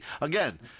again